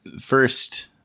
first